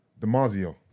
Demazio